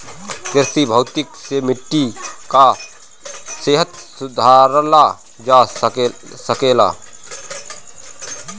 कृषि भौतिकी से मिट्टी कअ सेहत सुधारल जा सकेला